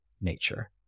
nature